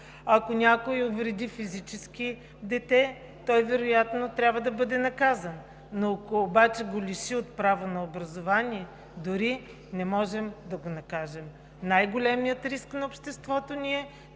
Ако някой увреди физически дете – той вероятно трябва да бъде наказан, но ако обаче го лиши от право на образование, дори не можем да го накажем. Най-големият риск на обществото ни е